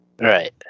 Right